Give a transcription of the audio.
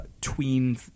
tween